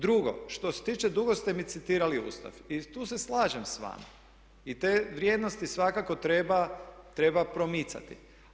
Drugo, što se tiče, dugo ste mi citirali Ustav i tu se slažem sa vama i te vrijednosti svakako treba promicati.